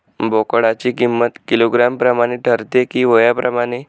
बोकडाची किंमत किलोग्रॅम प्रमाणे ठरते कि वयाप्रमाणे?